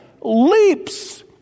leaps